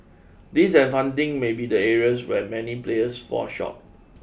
this and funding may be the areas where many players fall short